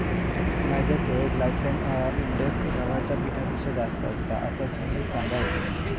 मैद्याचो glycemic index गव्हाच्या पिठापेक्षा जास्त असता, असा सुमित सांगा होतो